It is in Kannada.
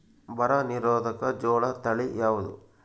ಬರ ನಿರೋಧಕ ಜೋಳ ತಳಿ ಯಾವುದು?